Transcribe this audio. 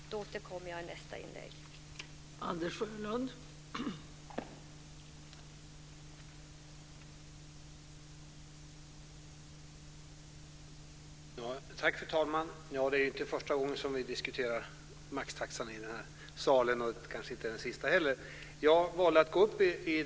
Jag återkommer till detta i mitt nästa inlägg.